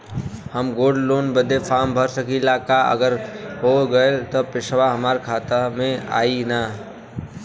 हम gold loan बड़े form भर सकी ला का अगर हो गैल त पेसवा हमरे खतवा में आई ना?